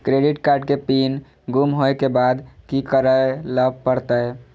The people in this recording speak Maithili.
क्रेडिट कार्ड के पिन गुम होय के बाद की करै ल परतै?